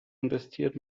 investiert